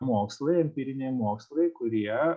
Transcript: mokslai empyriniai mokslai kurie